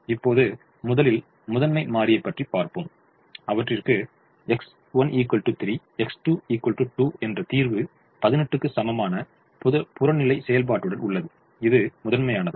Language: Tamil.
இப்போது முதலில் முதன்மைமாறியைப் பற்றி பார்ப்போம் அவற்றிற்கு X1 3 X2 2 என்ற தீர்வு 18 க்கு சமமான புறநிலை செயல்பாட்டுடன் உள்ளது இது முதன்மையானது